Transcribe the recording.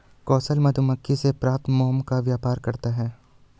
कौशल मधुमक्खी से प्राप्त मोम का व्यापार करता है